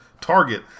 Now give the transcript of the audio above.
Target